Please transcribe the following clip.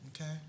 Okay